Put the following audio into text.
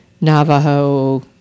Navajo